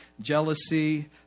jealousy